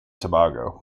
tobago